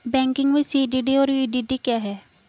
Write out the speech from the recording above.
Banking में CDD और EDD क्या हैं?